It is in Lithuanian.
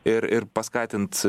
ir ir paskatint